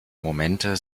momente